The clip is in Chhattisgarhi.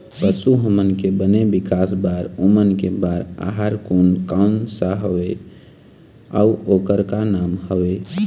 पशु हमन के बने विकास बार ओमन के बार आहार कोन कौन सा हवे अऊ ओकर का नाम हवे?